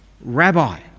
rabbi